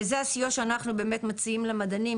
וזה הסיוע שאנחנו באמת מציעים לתעשייה,